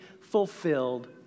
fulfilled